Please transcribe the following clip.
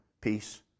peace